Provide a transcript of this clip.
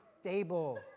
stable